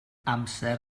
amser